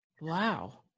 Wow